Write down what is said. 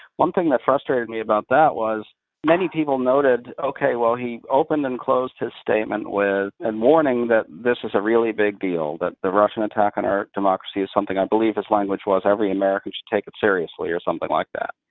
one thing that frustrated me about that was many people noted, okay. well, he opened and closed his statement with a and warning that this is a really big deal, that the russian attack on our democracy is something, i believe his language was every american should take it seriously, or something like that.